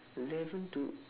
eleven to